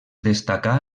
destacà